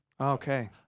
Okay